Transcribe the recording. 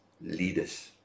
leaders